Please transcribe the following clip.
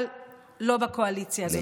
אבל לא בקואליציה הזאת.